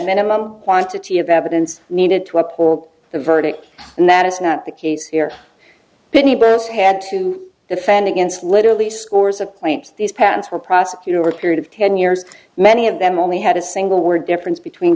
minimum quantity of evidence needed to uphold the verdict and that is not the case here binney birds had to defend against literally scores of claims these patents were prosecutor period of ten years many of them only had a single word difference between